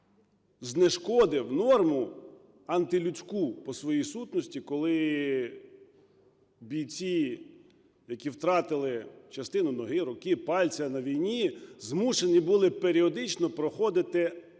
знешкодив норму, антилюдську по своїй сутності, коли бійці, які втратили частину ноги, руки, пальця на війні, змушені були періодично проходити